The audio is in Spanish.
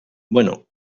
bueno